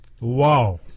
Wow